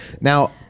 now